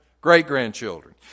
great-grandchildren